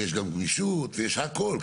ויש גם גמישות ויש הכול,